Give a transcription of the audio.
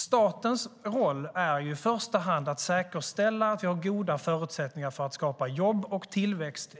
Statens roll är i första hand att säkerställa att vi har goda förutsättningar för att skapa jobb och tillväxt